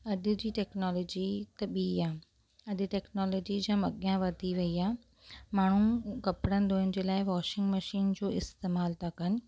अॼु जी टेक्नोलॉजी त ॿीं आहे अॼु टेक्नोलॉजी जाम अॻियां वधी वई आहे माण्हू कपिड़नि धोइण जे लाइ वॉशिंग मशीन जो इस्तमाल था कनि